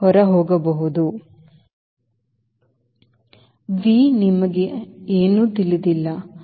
Vನಿಮಗೆ ಏನೂ ತಿಳಿದಿಲ್ಲ ಆದರೆ 1